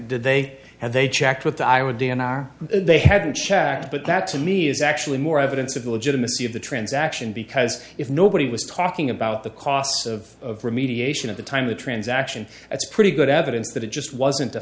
did they have they checked with the iowa d n r they haven't checked but that to me is actually more evidence of the legitimacy of the transaction because if nobody was talking about the costs of remediation at the time of the transaction that's pretty good evidence that it just wasn't a